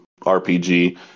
rpg